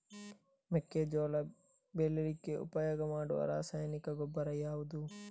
ಮೆಕ್ಕೆಜೋಳ ಬೆಳೀಲಿಕ್ಕೆ ಉಪಯೋಗ ಮಾಡುವ ರಾಸಾಯನಿಕ ಗೊಬ್ಬರ ಯಾವುದು?